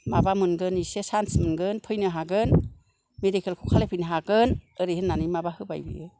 माबा मोनगोन एसे सान्स मोनगोन फैनो हागोन मेदिकेलखौ खालायफैनो हागोन ओरै होन्नानै माबा होबाय बियो